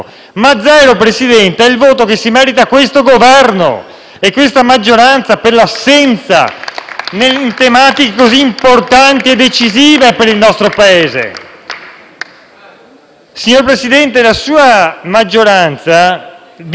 in tematiche così importanti e decisive per il nostro Paese. Signor Presidente, la sua maggioranza dice un giorno sì e l'altro pure che vuole incentrare tutte le politiche sulla giustizia sociale.